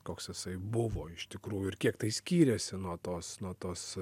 koks jisai buvo iš tikrųjų ir kiek tai skyrėsi nuo tos nuo tos